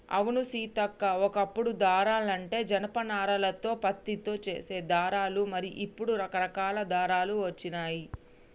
అవును సీతక్క ఓ కప్పుడు దారాలంటే జనప నారాలతో పత్తితో చేసే దారాలు మరి ఇప్పుడు రకరకాల దారాలు వచ్చినాయి